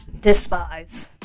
despise